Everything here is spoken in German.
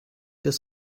das